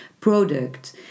product